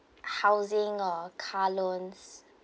housing or car loans